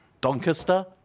Doncaster